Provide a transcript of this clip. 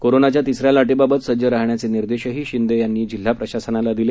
कोरोनाच्या तिसऱ्या लाटेबाबत सज्ज राहाण्याचे निर्देशही शिंदे यांनी जिल्हा प्रशासनाला दिले